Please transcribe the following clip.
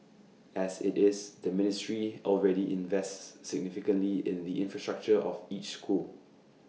as IT is the ministry already invests significantly in the infrastructure of each school